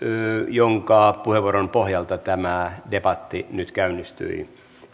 jonka puheenvuoron pohjalta tämä debatti nyt käynnistyi